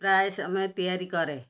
ପ୍ରାୟ ସମୟ ତିଆରି କରେ